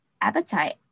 appetite